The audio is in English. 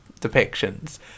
depictions